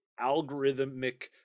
algorithmic